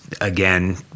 again